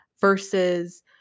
Versus